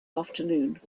afternoon